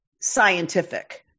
scientific